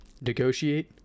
negotiate